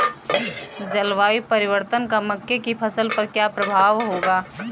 जलवायु परिवर्तन का मक्के की फसल पर क्या प्रभाव होगा?